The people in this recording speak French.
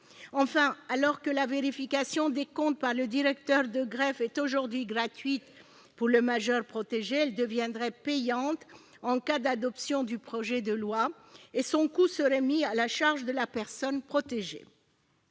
Enfin, alors que la vérification des comptes par le directeur de greffe est aujourd'hui gratuite pour le majeur protégé, elle deviendrait payante en cas d'adoption du projet de loi et son coût serait mis à la charge de la personne protégée.